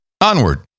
onward